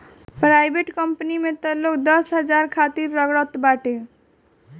private कंपनीन में तअ लोग दस पांच हजार खातिर रगड़त बाटे